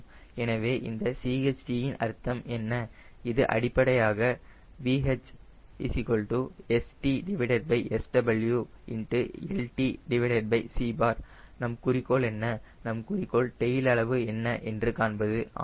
எனவே இந்த CHT இன் அர்த்தம் என்ன இது அடிப்படையாக VH StSWltc நம் குறிக்கோள் என்ன நம் குறிக்கோள் டெயில் அளவு என்ன என்று காண்பது